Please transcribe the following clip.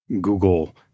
Google